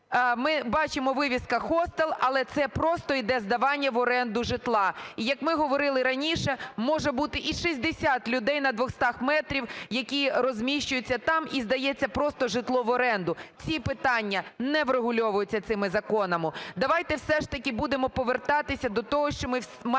ми бачимо вивіска "хостел", але це просто іде здавання в оренду житла. І, як ми говорили раніше, може бути і 60 людей на двостах метрах, які розміщуються там, і здається просто житло в оренду. Ці питання не врегульовуються цими законами. Давайте, все ж таки, будемо повертатися до того, що ми мусимо